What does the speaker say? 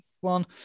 one